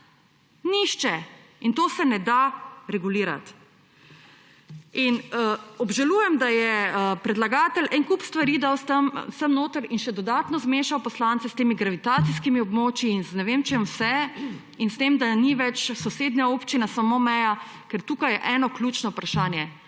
Nihče. In to se ne da regulirati. Obžalujem, da je predlagatelj en kup stvari dal sem notri in še dodatno zmešal poslance s temi gravitacijskimi območji in z ne vem čem vse in s tem, da ni več sosednja občina samo meja, ker tukaj je eno ključno vprašanje.